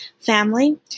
family